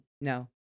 No